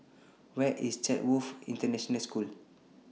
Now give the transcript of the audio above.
Where IS Chatsworth International School